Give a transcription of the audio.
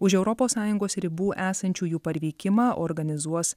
už europos sąjungos ribų esančiųjų parvykimą organizuos